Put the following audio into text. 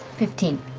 fifteen.